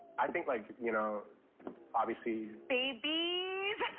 i think like you know obviously babies.